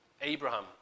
Abraham